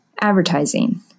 advertising